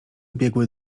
biegły